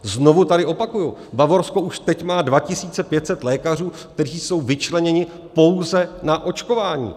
Znovu tady opakuji, Bavorsko už teď má 2 500 lékařů, kteří jsou vyčleněni pouze na očkování.